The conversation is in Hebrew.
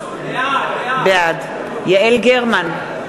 בעד יעל גרמן,